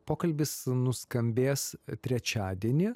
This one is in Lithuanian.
pokalbis nuskambės trečiadienį